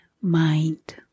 mind